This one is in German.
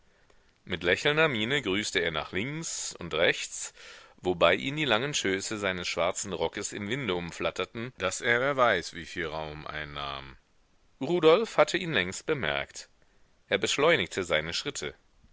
mit lächelnder miene grüßte er nach links und rechts wobei ihn die langen schöße seines schwarzen rockes im winde umflatterten daß er wer weiß wieviel raum einnahm rudolf hatte ihn längst bemerkt er beschleunigte seine schritte